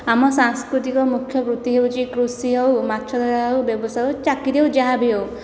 ଆମ ସାଂସ୍କୃତିକ ମୁଖ୍ୟ ବୃତ୍ତି ହେଉଛି କୃଷି ହେଉ ମାଛ ଧରା ହେଉ ବ୍ୟବସାୟ ହେଉ ଚାକିରି ହେଉ ଯାହାବି ହେଉ